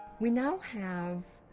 we now have